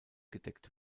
gedeckt